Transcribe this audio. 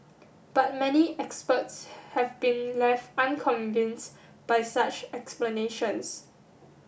but many experts have been left unconvinced by such explanations